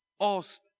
asked